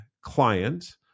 client